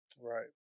Right